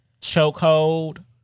chokehold